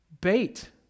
bait